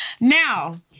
Now